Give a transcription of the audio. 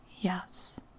Yes